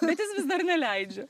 bet jis vis dar neleidžia